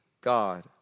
God